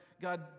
God